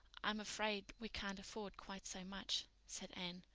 i'm afraid we can't afford quite so much, said anne,